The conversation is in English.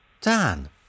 Dan